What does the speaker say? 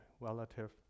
relative